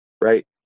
Right